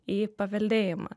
į paveldėjimą